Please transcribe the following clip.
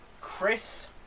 Chris